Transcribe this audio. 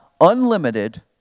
unlimited